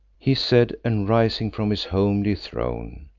he said, and, rising from his homely throne,